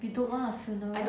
you don't want a funeral